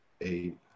eight